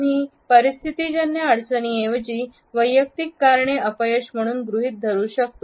आम्ही परिस्थितीजन्य अडचणी ऐवजी वैयक्तिक कारणे अपयश म्हणून गृहित धरू शकतो